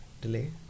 delay